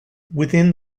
within